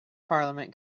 parliament